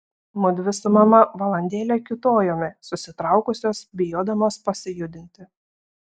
mudvi su mama valandėlę kiūtojome susitraukusios bijodamos pasijudinti